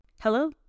Hello